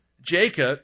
Jacob